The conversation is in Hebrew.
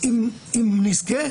אם נזכה,